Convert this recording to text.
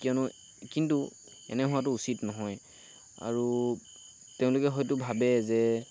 কিয়নো কিন্তু এনে হোৱাটো উচিত নহয় আৰু তেওঁলোকে হয়তো ভাবে যে